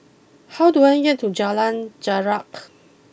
how do I get to Jalan Jarak